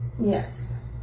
Yes